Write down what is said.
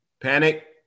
Panic